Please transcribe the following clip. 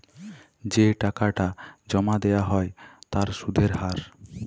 যে টাকাটা জমা দেয়া হ্য় তার সুধের হার